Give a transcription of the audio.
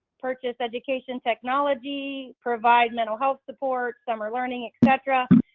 purchase education technology, provide mental health support, summer learning, etc.